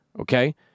okay